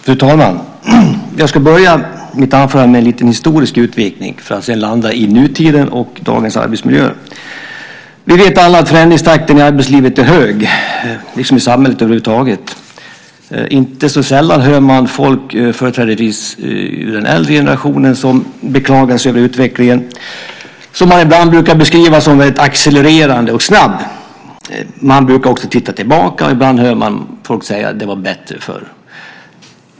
Fru talman! Jag ska börja mitt anförande med en liten historisk utvikning för att sedan landa i nutiden och dagens arbetsmiljö. Vi vet alla att förändringstakten i arbetslivet är hög, liksom i samhället över huvud taget. Inte sällan hör man folk, företrädesvis i den äldre generationen, beklaga sig över utvecklingen som man ibland beskriver som accelererande och snabb. Man brukar också titta tillbaka. Ibland hör man folk säga att det var bättre förr.